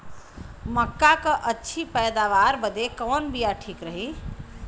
मक्का क अच्छी पैदावार बदे कवन बिया ठीक रही?